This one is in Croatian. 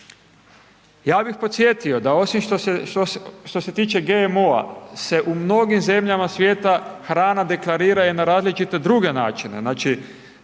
Ja bih podsjetio da osim što se tiče GMO-a se u mnogim zemljama svijeta hrana deklarira i na različite druge načine,